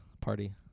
party